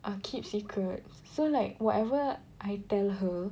ah keep secret so like whatever I tell her